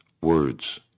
words